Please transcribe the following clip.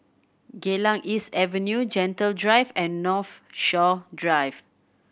Geylang East Avenue Gentle Drive and Northshore Drive